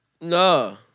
No